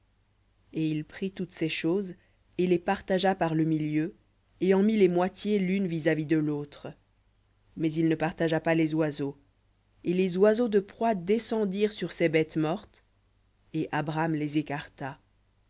et il prit toutes ces choses et les partagea par le milieu et en mit les moitiés l'une vis-à-vis de l'autre mais il ne partagea pas les oiseaux et les oiseaux de proie descendirent sur ces bêtes mortes et abram les écarta